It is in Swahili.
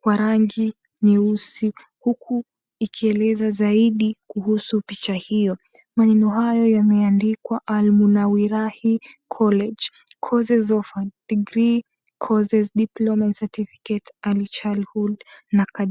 kwa rangi nyeusi huku ikieleza zaidi kuhusu picha hiyo maneno hayo yameandikwa, Al Munawwarah College, Courses Offered: Degree Courses, Diploma and Certificate in Early Childhood na kadhalika.